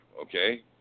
okay